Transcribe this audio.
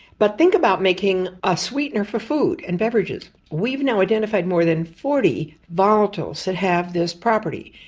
but think about making a sweetener for food and beverages. we've now identified more than forty volatiles that have this property.